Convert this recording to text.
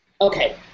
Okay